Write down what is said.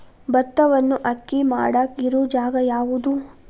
ಭತ್ತವನ್ನು ಅಕ್ಕಿ ಮಾಡಾಕ ಇರು ಜಾಗ ಯಾವುದು?